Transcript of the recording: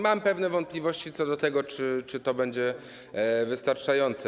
Mam pewne wątpliwości co do tego, czy to będzie wystarczające.